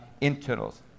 internals